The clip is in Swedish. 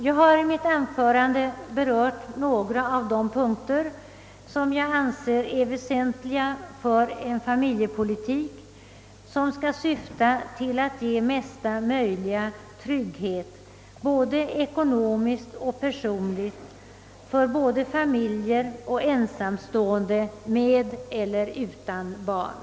Jag har i mitt anförande berört några av de punkter jag anser vara väsentliga för en familjepolitik som skall syfta till att ge mesta möjliga trygghet såväl ekonomiskt som personligt för både familjer och ensamstående med eller utan barn.